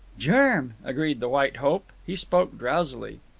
germ, agreed the white hope. he spoke drowsily.